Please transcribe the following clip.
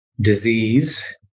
disease